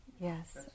yes